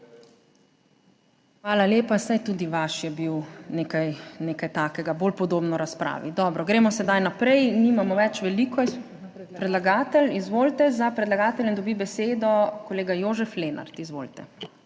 dvorane/ Saj tudi vaš je bil nekaj takega, bolj podobno razpravi. Dobro, gremo sedaj naprej, nimamo več veliko. Predlagatelj, izvolite. Za predlagateljem dobi besedo kolega Jožef Lenart.